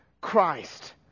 Christ